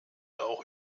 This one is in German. auch